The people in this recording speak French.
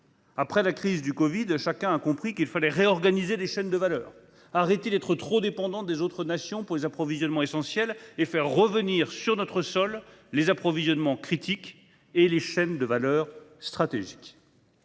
Après la crise de la covid, chacun a compris qu'il fallait réorganiser les chaînes de valeur, arrêter d'être trop dépendants des autres nations pour les approvisionnements essentiels et faire revenir sur notre sol les approvisionnements critiques et les chaînes de valeur stratégiques.